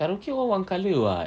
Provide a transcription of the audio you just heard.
karaoke one one colour [what]